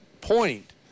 point